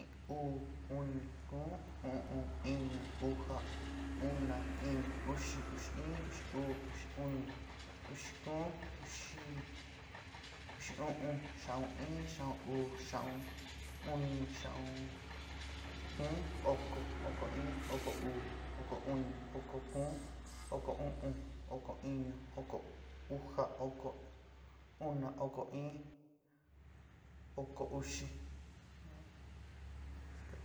Uú, uni, kuún, u'un. iñu. ujá, una, ɨɨn. uxi, uxi in. uxi uu. uxi uni, uxi kuún, xiaun, xiaún in, xiaún uú, xiaún uni, xiaún kuún, oko, oko in, oko uú, oko uni, oko kuún, oko u'un. oko iñu. oko uja, oko una, oko iín, oko uxi.